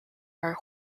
are